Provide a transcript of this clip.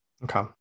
okay